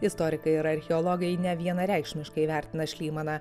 istorikai ir archeologai nevienareikšmiškai vertina šlymaną